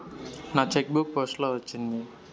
నా cheque book post లో వచ్చింది